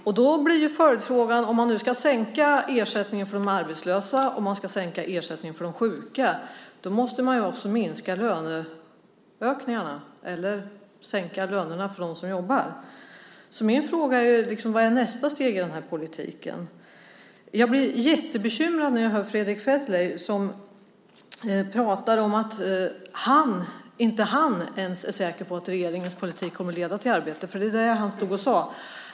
Om man då ska sänka ersättningen både till de arbetslösa och till de sjuka måste man ju också minska löneökningarna eller sänka lönerna för dem som jobbar. Min fråga är: Vad är nästa steg i denna politik? Jag blir jättebekymrad när jag hör Fredrick Federley, som pratar om att inte ens han är säker på att regeringens politik kommer att leda till arbeten.